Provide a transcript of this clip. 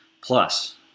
Plus